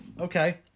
okay